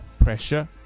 pressure